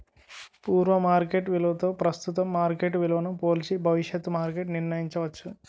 పూర్వ మార్కెట్ విలువతో ప్రస్తుతం మార్కెట్ విలువను పోల్చి భవిష్యత్తు మార్కెట్ నిర్ణయించవచ్చు